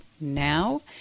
now